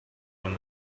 when